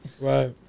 right